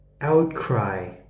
outcry